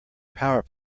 power